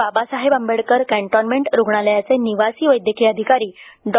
Babasaheb Ambedkar cantonment रुग्णालयाचे निवासी वैद्यकीय अधिकारी डॉ